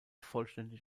vollständig